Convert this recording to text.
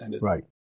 Right